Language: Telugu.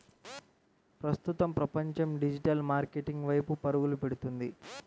ప్రస్తుతం ప్రపంచం డిజిటల్ మార్కెటింగ్ వైపు పరుగులు పెడుతుంది